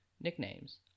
nicknames